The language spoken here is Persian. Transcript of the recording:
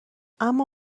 اما